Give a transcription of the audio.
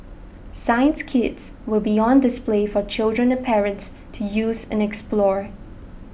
science kits will be on display for children and parents to use and explore